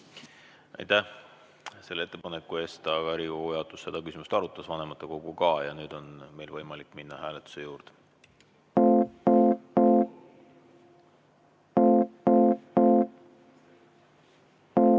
Aitäh selle ettepaneku eest! Aga Riigikogu juhatus seda küsimust arutas, vanematekogu ka, ja nüüd on meil võimalik minna hääletuse juurde. Härra